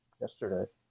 yesterday